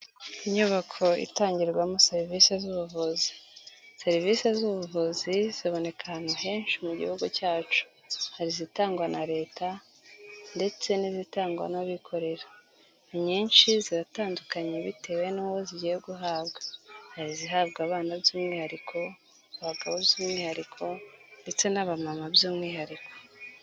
Inyubako itangirwamo serivise z'ubuvuzi. Serivisi z'ubuvuzi ziboneka ahantu henshi mu gihugu cyacu, hari izitangwa na Leta ndetse n'izitangwa n'abikorera. Inyinshi ziratandukanye bitewe n'uwo zigiye guhabwa, ihari zihabwa abana by'umwihariko, abagabo by'umwihariko, ndetse n'abamama by'umwihariko.